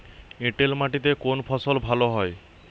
এঁটেল মাটিতে কোন ফসল ভালো হয়?